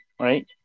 right